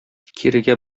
кирегә